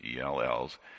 ELLs